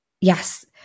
yes